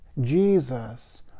Jesus